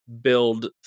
build